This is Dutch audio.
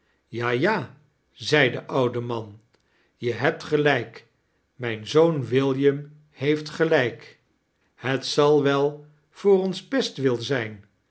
ja ja zei de oude man je hebt gelijk mijn zoon william heeft gelijk het zal wel voor ons bestwil zijn